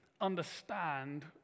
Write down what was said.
understand